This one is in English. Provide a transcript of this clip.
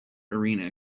arena